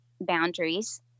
boundaries